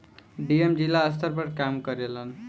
DM जिला स्तर पर काम करेलन